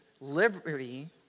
liberty